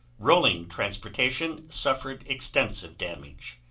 rolling transportation suffered extensive damage.